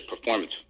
performance